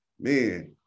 man